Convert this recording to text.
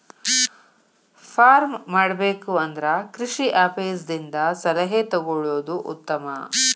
farm ಮಾಡಬೇಕು ಅಂದ್ರ ಕೃಷಿ ಆಪೇಸ್ ದಿಂದ ಸಲಹೆ ತೊಗೊಳುದು ಉತ್ತಮ